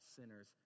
sinners